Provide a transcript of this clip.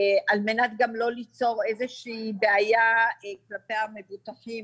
על מנת לא ליצור בעיה כלפי המבוטחים